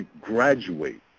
graduate